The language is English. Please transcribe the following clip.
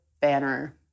banner